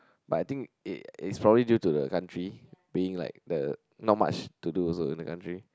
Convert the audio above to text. but I think it is probably due to the country being like the not much to do also in the country